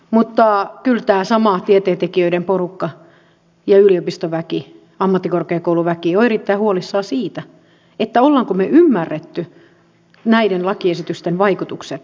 ja kyllä tämä sama tieteentekijöiden porukka ja yliopistoväki ammattikorkeakouluväki ovat erittäin huolissaan siitä olemmeko me ymmärtäneet näiden lakiesitysten vaikutukset